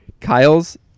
Kyle's